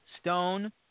Stone